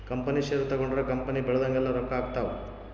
company share ತಗೊಂಡ್ರ company ಬೆಳ್ದಂಗೆಲ್ಲ ರೊಕ್ಕ ಆಗ್ತವ್